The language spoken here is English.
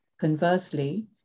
Conversely